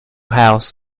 house